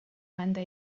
banda